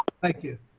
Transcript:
thank you.